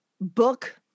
book